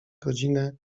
godzinę